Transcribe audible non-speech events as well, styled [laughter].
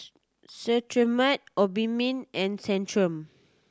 [unintelligible] Cetrimide Obimin and Centrum